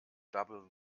double